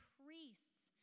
priests